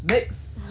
next